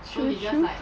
true true